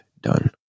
done